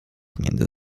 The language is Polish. między